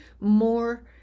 more